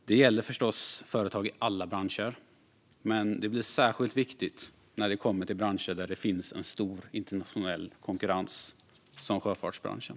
Det gäller förstås företag i alla branscher, men det blir särskilt viktigt när det kommer till branscher där det finns stor internationell konkurrens, som sjöfartsbranschen.